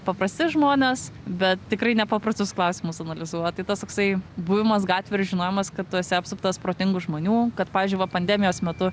paprasti žmonės bet tikrai ne paprastus klausimus analizuoja tai tas toksai buvimas gatvėj ir žinojimas kad tu esi apsuptas protingų žmonių kad pavyzdžiui va pandemijos metu